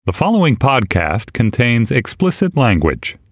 the following podcast contains explicit language